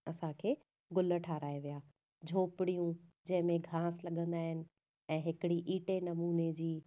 असांखे गुल ठाहराए विया झोपड़ियूं जंहिंमें गाहु लॻंदा आहिनि ऐं हिकिड़ी ईटे नमूने जी